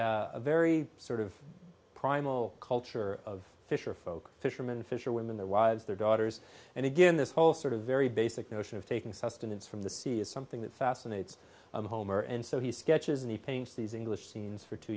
finds a very sort of primal culture of fisherfolk fisherman fisher women their wives their daughters and again this whole sort of very basic notion of taking sustenance from the sea is something that fascinates homer and so he sketches and he paints these english scenes for two